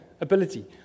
ability